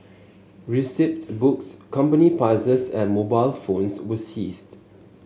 receipt books company passes and mobile phones were seized